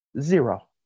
Zero